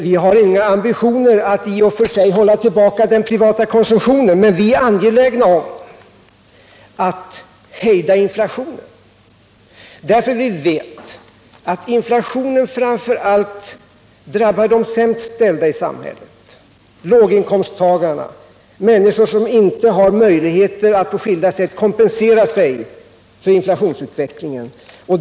Vi har inga ambitioner att i och för sig hålla tillbaka den privata konsumtionen, men vi är angelägna om att hejda inflationen, därför att vi vet att inflationen framför allt drabbar de sämst ställda i samhället: låginkomsttagarna, människor som inte har möjligheter att på skilda sätt kompensera sig för inflationsutvecklingen.